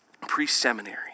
pre-seminary